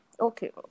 okay